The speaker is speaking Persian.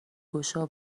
گشا